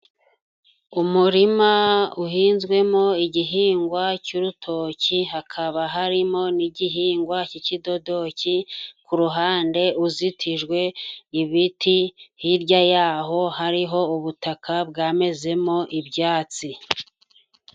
Umurima uhinzwemo igihingwa cy'urutoki, hakaba harimo n'igihingwa cy'ikidodoki, ku ruhande uzitijwe ibiti, hirya ya ho hariho ubutaka bwamezemo ibyatsi.